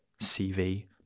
CV